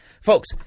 Folks